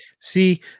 See